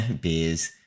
beers